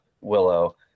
Willow